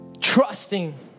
trusting